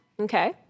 okay